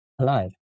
alive